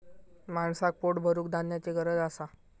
माणसाक पोट भरूक धान्याची गरज असा